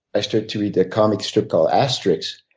i started to read a comic strip called asterix.